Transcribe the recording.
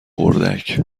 اردک